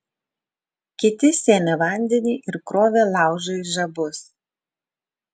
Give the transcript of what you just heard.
kiti sėmė vandenį ir krovė laužui žabus